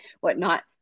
whatnot